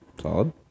Solid